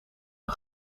een